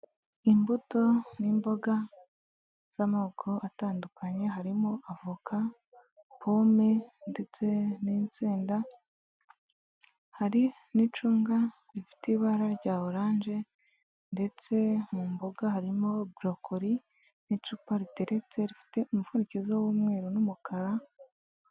Imbuto n'imboga z'amoko atandukanye harimo avoka, pome ndetse n'insenda, hari n'icunga rifite ibara rya orange ndetse mu mboga harimo broccoli n'icupa riteretse rifite umumfundikizo w'umweru n'umukara.